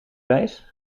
reis